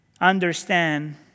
understand